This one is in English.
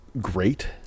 great